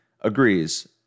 agrees